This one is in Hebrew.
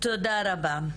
תודה רבה,